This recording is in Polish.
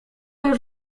już